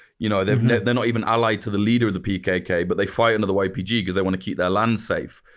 you know they're not even allied to the leader of the pkk, but they fight under the ypg because they want to keep their land safe,